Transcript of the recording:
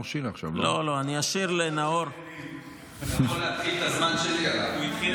אבל נראה לי שאתה צריך לשאול זמן מנאור שירי עכשיו.